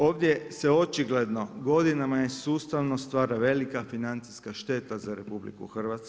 Ovdje se očigledno godinama sustavno stvara velika financijska šteta za RH.